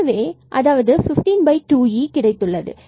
எனவே அதாவது 152eஆகும்